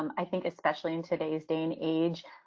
um i think, especially in today's day and age,